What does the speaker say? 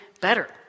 better